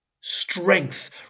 Strength